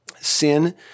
sin